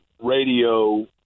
radio